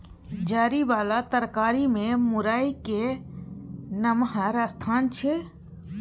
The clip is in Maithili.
जरि बला तरकारी मे मूरइ केर नमहर स्थान छै